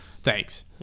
thanks